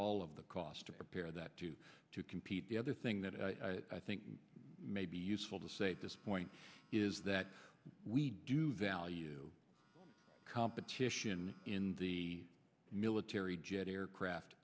all of the cost of repair that due to compete the other thing that i think may be useful to say at this point is that we do value competition in the military jet aircraft